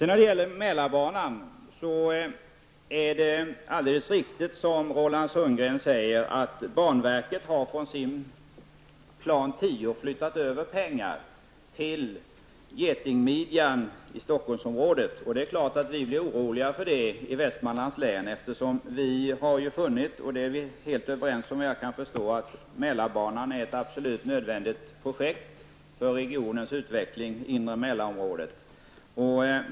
När det gäller Mälarbanan är det alldeles riktigt som Roland Sundgren säger att banverket från sin plan 10 flyttat över pengar till getingmidjan i Stockholmsområdet. Det är klart att vi i Västmanlands län blir oroliga över det, eftersom vi har funnit, såvitt jag kan förstå är vi överens, att Mälarbanan är ett absolut nödvändigt projekt för inre Mälarområdets utveckling.